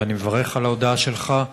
ואני מברך על ההודעה שלך.